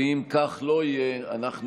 ואם לא יהיה כך,